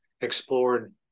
explored